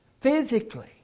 physically